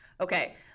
okay